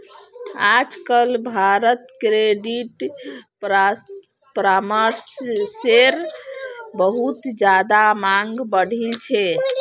आजकल भारत्त क्रेडिट परामर्शेर बहुत ज्यादा मांग बढ़ील छे